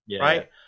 Right